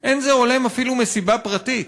בחופש.../ אין זה הולם אפילו מסיבה פרטית.